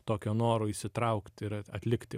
tokio noro įsitraukti ir atlikti